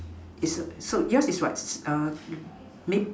is a so yours is what